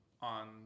on